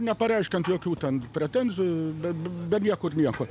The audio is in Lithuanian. nepareiškiant jokių ten pretenzijų be be niekur nieko